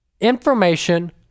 information